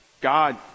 God